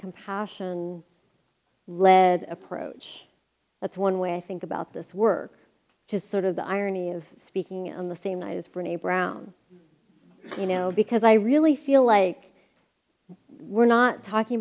compassion led approach that's one way i think about this work to sort of the irony of speaking on the same night is bring a brown you know because i really feel like we're not talking